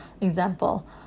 Example